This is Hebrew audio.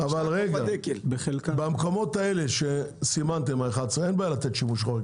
אבל בכל 11 המקומות האלה שסימנתם אין בעיה לתת שימוש חורג,